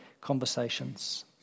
conversations